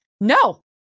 no